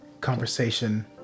Conversation